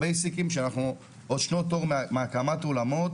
שאנחנו עוד שנות אור מהקמת אולמות,